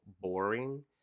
boring